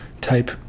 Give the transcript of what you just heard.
type